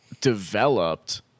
developed